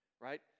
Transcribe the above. Right